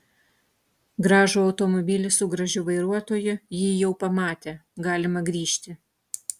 gražų automobilį su gražiu vairuotoju ji jau pamatė galima grįžti